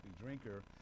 drinker